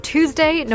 Tuesday